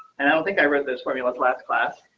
and i don't think i read this for me was last class,